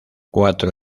cuatro